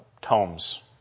tomes